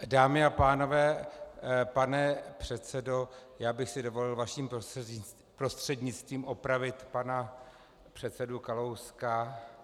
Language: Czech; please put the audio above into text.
Dámy a pánové, pane předsedo, já bych si dovolil vaším prostřednictvím opravit pana předsedu Kalouska.